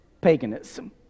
paganism